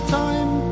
time